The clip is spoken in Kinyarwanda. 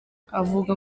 avuga